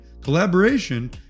collaboration